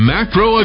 Macro